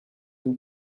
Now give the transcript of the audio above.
vous